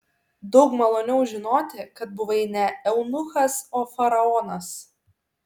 daug maloniau žinoti kad buvai ne eunuchas o faraonas